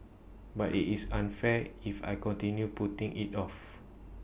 but IT is unfair if I continue putting IT off